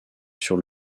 sur